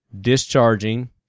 discharging